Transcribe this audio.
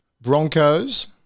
Broncos